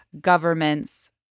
governments